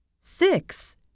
six